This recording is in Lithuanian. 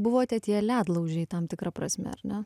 buvote tie ledlaužiai tam tikra prasme ar ne